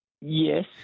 Yes